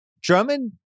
Drummond